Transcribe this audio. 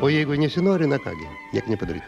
o jeigu nesinori na ką gi nieko nepadary